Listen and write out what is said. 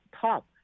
top